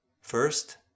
First